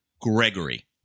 Gregory